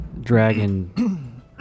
dragon